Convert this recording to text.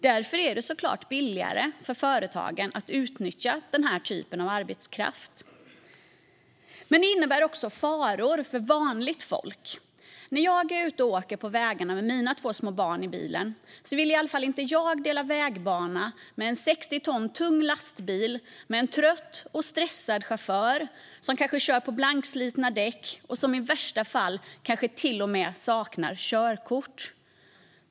Därför är det såklart billigare för företagen att utnyttja den här typen av arbetskraft. Men det innebär också faror för vanligt folk. När jag är ute och åker på vägarna med mina två små barn i bilen vill jag inte dela vägbana med en 60 ton tung lastbil med en trött och stressad chaufför som kanske kör på blankslitna däck och som i värsta fall till och med saknar körkort.